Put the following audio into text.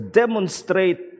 demonstrate